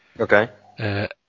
Okay